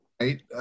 right